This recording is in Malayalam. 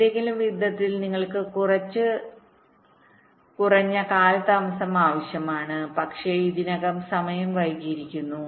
ഏതെങ്കിലും വിധത്തിൽ നിങ്ങൾക്ക് കുറച്ച് കുറഞ്ഞ കാലതാമസം ആവശ്യമാണ് പക്ഷേ ഇതിനകം സമയം വൈകിയിരിക്കുന്നു